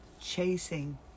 chasing